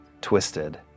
twisted